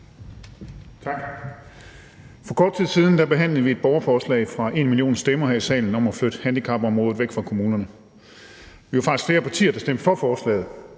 For kort tid siden behandlede vi et borgerforslag fra #enmillionstemmer her i salen om at flytte handicapområdet væk fra kommunerne. Vi var faktisk flere partier, der stemte for forslaget,